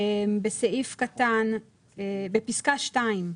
בפסקה (2),